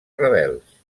rebels